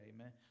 Amen